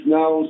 now